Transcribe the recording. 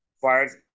fires